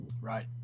Right